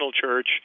church